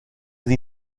sie